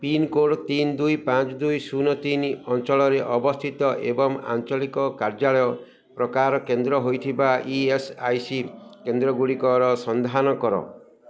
pincode ତିନି ଦୁଇ ପାଞ୍ଚ ଦୁଇ ଶୂନ ତିନି ଅଞ୍ଚଳରେ ଅବସ୍ଥିତ ଏବଂ ଆଞ୍ଚଳିକ କାର୍ଯ୍ୟାଳୟ ପ୍ରକାର କେନ୍ଦ୍ର ହୋଇଥିବା ଇ ଏସ୍ ଆଇ ସି କେନ୍ଦ୍ରଗୁଡ଼ିକର ସନ୍ଧାନ କର